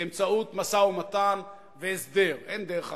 באמצעות משא-ומתן והסדר, אין דרך אחרת.